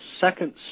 second